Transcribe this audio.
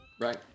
Right